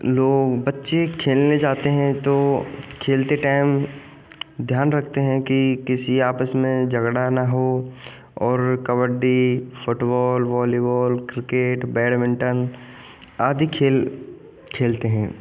लोग बच्चे खेलने जाते हैं तो खेलते टाइम ध्यान रखते हैं कि किसी आपस में झगड़ा ना हो और kabaddi football volleyball cricket badminton आदि खेल खेलते हैं